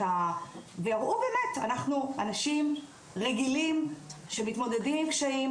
הם יראו שהם אנשים רגילים שמתמודדים עם קשיים